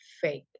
fake